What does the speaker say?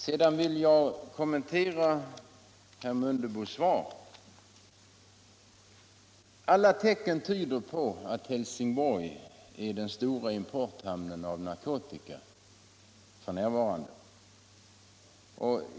Sedan vill jag kommentera herr Mundebos svar. Alla tecken tyder på att Helsingborg f. n. är den stora importhamnen för narkotika.